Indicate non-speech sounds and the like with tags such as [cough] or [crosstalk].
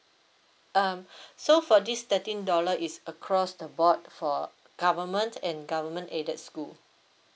um [breath] so for this thirteen dollar is across the board for government and government aided school